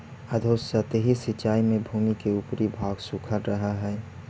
अधोसतही सिंचाई में भूमि के ऊपरी भाग सूखल रहऽ हइ